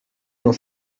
dans